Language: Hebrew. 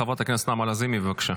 חברת הכנסת נעמה לזימי, בבקשה.